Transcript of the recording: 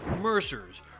Mercers